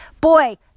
Boy